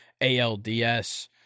ALDS